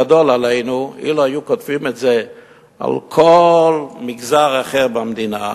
גדול עלינו" אילו היו כותבים את זה על כל מגזר אחר במדינה,